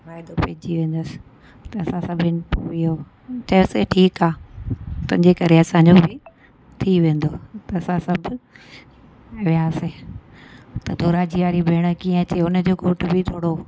त फ़ाइदो पइजी वेंदसि त असां सभिनि वियूं चयोसीं ठीकु आहे तुंहिंजे करे असांजो बि थी वेंदो त असां सभु वियासीं त धोराजीअ वारी भेण कीअं अचे उन जो घोट बि थोरो